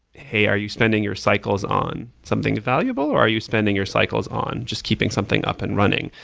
hey, are you spending your cycles on something valuable or are you spending your cycles on just keeping something up and running,